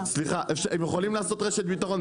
סליחה, הם יכולים לעשות רשת ביטחון?